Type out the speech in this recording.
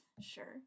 Sure